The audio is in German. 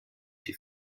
die